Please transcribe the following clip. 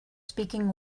speaking